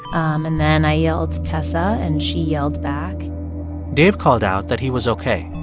um and then i yelled, tessa. and she yelled back dave called out that he was ok.